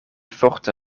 forte